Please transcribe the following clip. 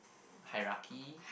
hierarchy